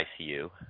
ICU